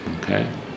okay